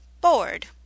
bored